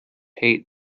hate